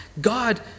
God